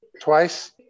twice